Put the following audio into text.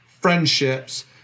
friendships